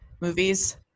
movies